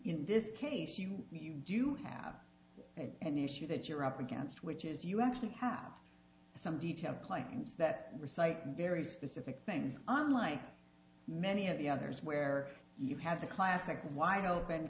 in this case you do have and you see that you're up against which is you actually have some detail claims that recite very specific things on like many of the others where you have the classic of wide open